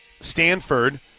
Stanford